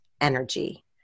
energy